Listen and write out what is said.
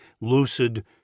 lucid